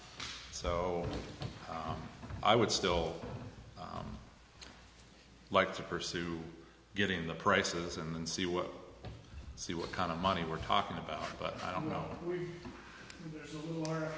so i would still like to pursue getting the prices and see what he what kind of money we're talking about but i don't know we are